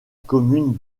commune